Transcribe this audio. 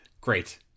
great